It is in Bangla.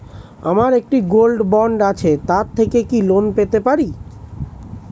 আমার একটি গোল্ড বন্ড আছে তার থেকে কি লোন পেতে পারি?